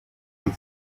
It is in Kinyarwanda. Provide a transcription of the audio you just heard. kuri